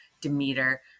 Demeter